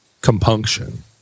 compunction